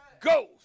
Go